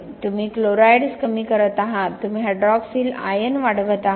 तुम्ही क्लोराईड्स कमी करत आहात तुम्ही हायड्रॉक्सिल आयन वाढवत आहात